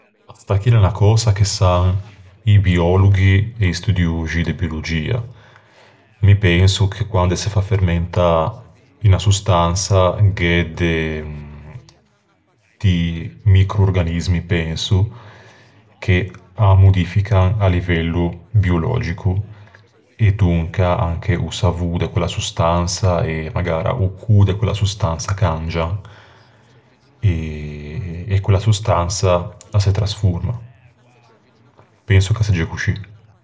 Sta chì a l'é unna cösa che san i biòloghi e i studioxi de biologia. Mi penso che quande se fa fermentâ unna sostansa gh'é de, di micro-organismi penso, che â modifican à livello biològico. E donca anche o savô de quella sostansa, e magara o cô de quella sostansa cangian. E quella sostansa a se trasforma. Penso ch'a segge coscì.